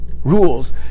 rules